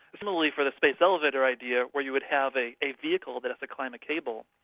similarly for the space elevator idea where you would have a a vehicle that has to climb a cable,